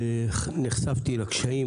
ונחשפתי לקשיים